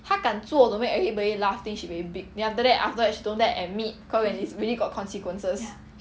她敢做 to make everybody laugh think she very big then after that after that she don't dare to admit cause it's really got consequences